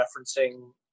referencing